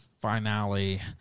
finale